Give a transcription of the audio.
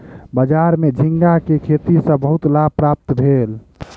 बजार में झींगा के खेती सॅ बहुत लाभ प्राप्त भेल